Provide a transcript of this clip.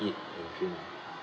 eat or drink